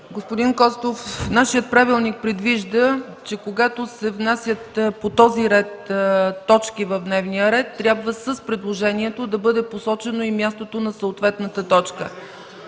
Господин Костов, нашият правилник предвижда, че когато се внасят по този ред точки в дневния ред, трябва с предложението да бъде посочено и мястото на съответната точка.